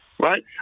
Right